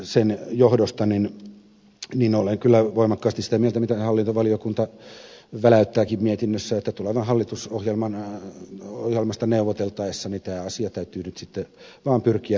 sen johdosta olen kyllä voimakkaasti sitä mieltä mitä hallintovaliokunta väläyttääkin mietinnössään että tulevasta hallitusohjelmasta neuvoteltaessa tämä asia täytyy nyt sitten vaan pyrkiä ratkaisemaan